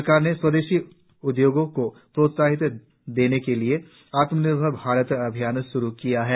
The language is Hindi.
सरकार ने स्वदेशी उद्योगों को प्रोत्साहन देने के लिए आत्मनिर्भर भारत अभियान श्रू किया है